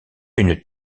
une